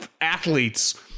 Athletes